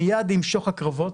שמייד עם שוך הקרבות,